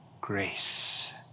grace